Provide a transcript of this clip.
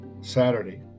Saturday